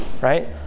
right